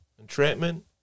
entrapment